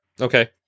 Okay